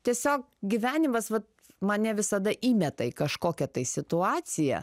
tiesiog gyvenimas vat mane visada įmeta į kažkokią tai situaciją